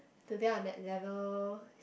today I'm at level